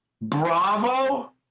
Bravo